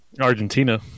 Argentina